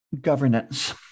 governance